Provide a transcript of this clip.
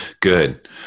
Good